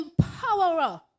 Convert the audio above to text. empowerer